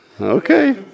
Okay